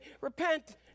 Repent